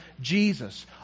Jesus